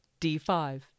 D5